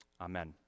amen